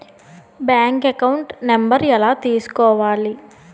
Bank account number ఎలా తీసుకోవాలి?